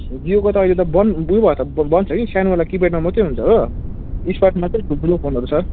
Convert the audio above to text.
जियोको अहिले त बन्द ऊ भयो त बन्द छ कि सानोवाला किपेडमा मात्रै हुन्छ हो स्मार्टमा चाहिँ ठुल्ठुलो फोनहरू छ